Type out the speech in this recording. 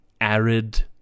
arid